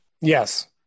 Yes